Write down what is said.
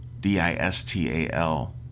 D-I-S-T-A-L